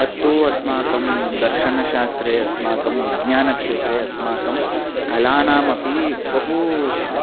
तत्तु अस्माकं दर्शनशास्त्रे अस्माकं विज्ञानक्षेत्रे अस्माकं कलानामपि बहु